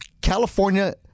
California